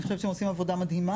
אני חושבת שהם עושים עבודה מדהימה.